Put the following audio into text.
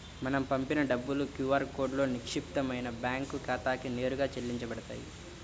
మనం పంపిన డబ్బులు క్యూ ఆర్ కోడ్లో నిక్షిప్తమైన బ్యేంకు ఖాతాకి నేరుగా చెల్లించబడతాయి